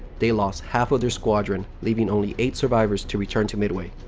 they lost half of their squadron, leaving only eight survivors to return to midway.